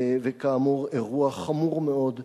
וכאמור אירוע חמור מאוד אמש.